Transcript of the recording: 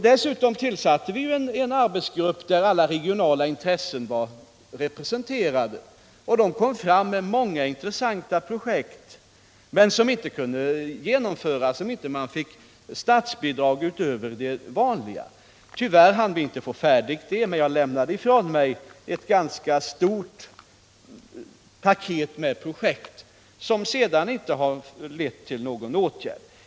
Dessutom tillsatte vi en arbetsgrupp, där alla regionala intressen var representerade. Den arbetsgruppen lade fram många intressanta projekt, som dock inte kunde genomföras utan statsbidrag utöver de vanliga. Tyvärr hann vi inte få de projekten färdiga, men jag lämnade ifrån mig ett ganska stort paket med projekt. som sedan inte har lett till någon åtgärd.